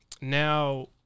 Now